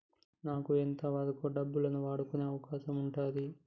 నాకు ఎంత వరకు డబ్బులను వాడుకునే అవకాశం ఉంటది?